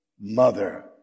mother